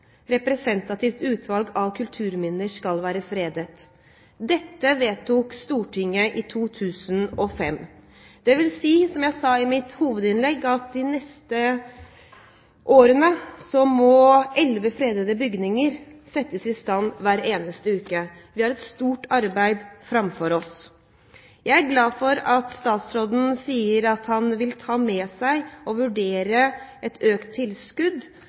representativt utvalg av kulturminner skal være fredet. Dette mente Stortinget i 2005. Det vil si, som jeg sa i mitt hovedinnlegg, at de neste årene må elleve fredede bygninger settes i stand hver eneste uke. Vi har et stort arbeid framfor oss. Jeg er glad for at statsråden sier at han vil ta med seg og vurdere et økt tilskudd